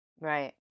Right